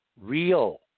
real